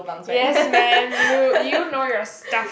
yes man you you know your stuff